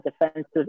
defensive